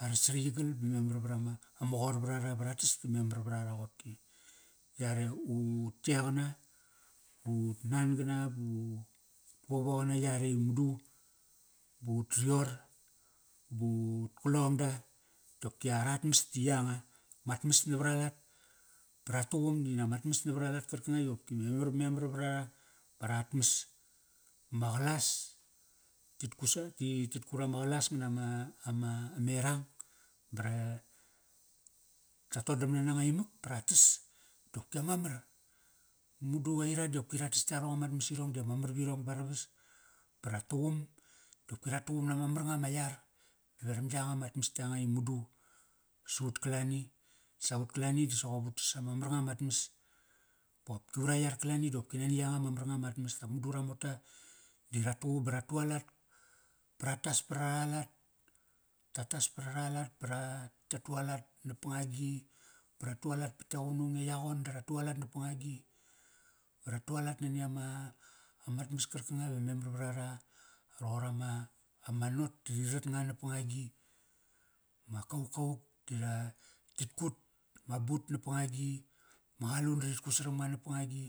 Ara sariyigal ba memar vrama ama qor vra ra va ra tas ta memar vra va qopki. Yare ut yeqana, but nan gana but vovo qana yare i mudu. But ut rior but qalong da dopki arat mas di yanga. Mat mas navara lat, ba ra tuqum di namat mas navara lat karkanga i qopki kekar vra ra. Ba arat mas, ma qalat, tit kusa, tit kut ama qalas nga nama, ama, amerang. Ba ra, ta todamna nanga imak pa ra tas. Tiopki ama mar. Mudu aira diopki ra tas yarong amat mas irong di ama mar virong ba ravas. Ba ra tuqum dopki ra tuqum nama mar nga ma yar. Verang yanga mat mas yanga i madu. Sa ut kalani, sa ut kalani di soqop utas, ama mar nga mat mas. Kopki ura yar kalani dopki nani yanga ma marnga mat mas. Dap madu ura mota di ra tuqum ba ra tu alat, ba ra tas para lat. Ta tas pat ara lat pa ra ta tu alat na pangagi, ba ra tualat pat e qunung, e yaqon da ra tualat nap pangagi. Ba ra tu alat nani ama, amat mas karkanga ive memar vra ra. Roqor ama, ama rot di ri rat nga nap pangagi. Ma kaukauk di ra, tit kut, ma but nap pangagi. Ma qalun di ri kut saram nga nap pangagi.